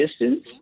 distance